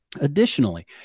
Additionally